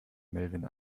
melvin